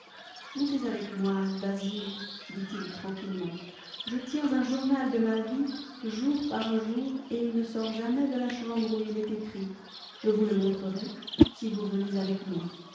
montez avec moi basil dit-il tranquillement je tiens un journal de ma vie jour par jour et il ne sort jamais de la chambre où il est écrit je vous le montrerai si vous venez avez moi